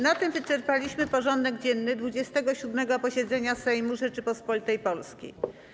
Na tym wyczerpaliśmy porządek dzienny 27. posiedzenia Sejmu Rzeczypospolitej Polskiej.